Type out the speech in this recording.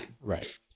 right